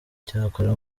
cyakora